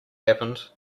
happened